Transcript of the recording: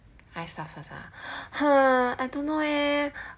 I start first ah !huh! I don't know eh